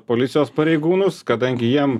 policijos pareigūnus kadangi jiem